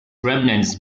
remnants